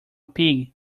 pig